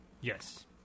Yes